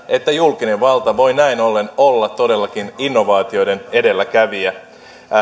että julkinen valta voi näin ollen olla todellakin innovaatioiden edelläkävijä